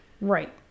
Right